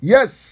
Yes